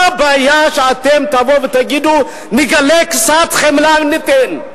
מה הבעיה שאתם תבואו ותגידו, נגלה קצת חמלה וניתן?